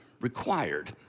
required